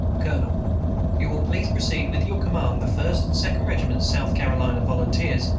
colonel you will please proceed with your command, the first and second regiments south carolina volunteers,